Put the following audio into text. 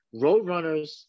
Roadrunners